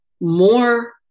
more